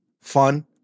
fun